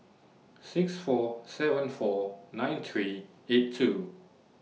six four seven four nine three eight two